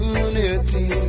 unity